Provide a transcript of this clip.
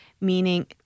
meaning